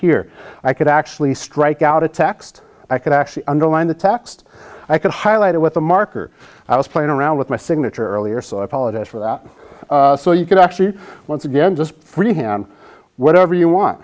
here i could actually strike out a text i could actually underline the text i could highlight it with a marker i was playing around with my signature earlier so i apologize for that so you can actually once again just freehand whatever you want